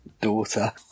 Daughter